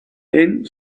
then